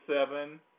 seven